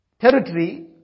territory